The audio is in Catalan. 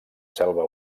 selva